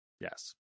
Yes